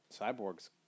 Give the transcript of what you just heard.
Cyborg's